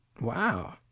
Wow